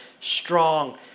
strong